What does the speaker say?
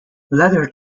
leather